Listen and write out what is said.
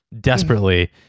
desperately